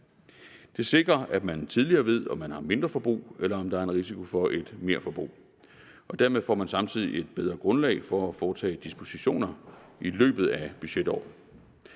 Det sikrer, at man tidligere ved, om man har mindreforbrug, eller om der er en risiko for et merforbrug. Dermed får man samtidig et bedre grundlag for at foretage dispositioner i løbet af budgetåret.